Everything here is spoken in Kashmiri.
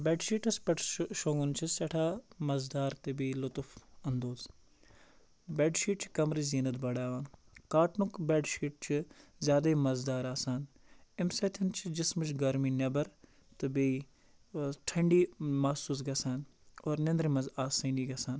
بیڈٕ شیٖٹَس پٮ۪ٹھ چھُ شۄنٛگُن چھُ سٮ۪ٹھاہ مَزٕدار تہٕ بیٚیہِ لُطُف انٛدوز بٮ۪ڈ شیٖٹ چھُ کَمرٕچ زیٖنت بَڈاوان کاٹنُک بیٚڈ شیٖٹ چھُ زیادَے مَزٕدار آسان اَمہِ سۭتٮ۪ن چھِ جِسمٕچ گرمی نیٚبَر تہٕ بیٚیہِ آ ٹھنٛڈی محسوٗس گَژھان اور نٮ۪نٛدرِ منٛز آسٲنی گَژھان